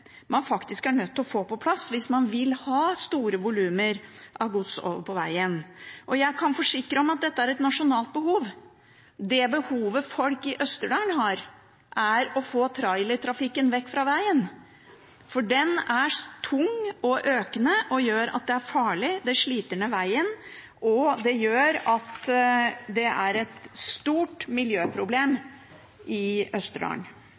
man er nødt til å få på plass hvis man vil ha store volum av gods over fra veien. Og jeg kan forsikre om at dette er et nasjonalt behov. Det behovet folk i Østerdalen har, er å få trailertrafikken vekk fra veien, for den er tung og økende, den er farlig, den sliter ned veien, og den utgjør et stort miljøproblem i